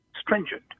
stringent